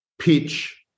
pitch